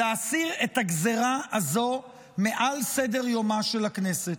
להסיר את הגזרה הזאת מעל סדר-יומה של הכנסת.